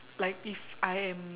like if I am